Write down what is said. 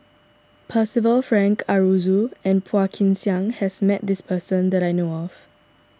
Percival Frank Aroozoo and Phua Kin Siang has met this person that I know of